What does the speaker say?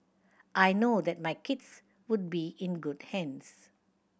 I know that my kids would be in good hands